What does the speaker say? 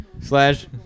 Slash